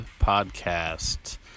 podcast